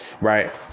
Right